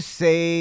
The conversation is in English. say